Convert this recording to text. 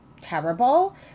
terrible